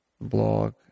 blog